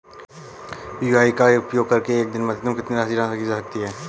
UPI का उपयोग करके एक दिन में अधिकतम कितनी राशि ट्रांसफर की जा सकती है?